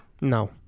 No